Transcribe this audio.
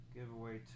giveaway